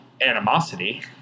animosity